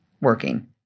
working